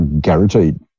Guaranteed